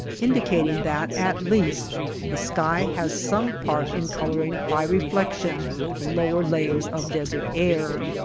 indicating that at least the sky has some part in coloring by reflection the lower layers of desert air.